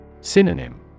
Synonym